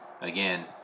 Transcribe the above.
again